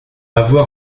avoir